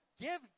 Give